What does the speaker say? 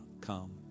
come